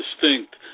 distinct